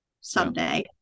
someday